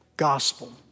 gospel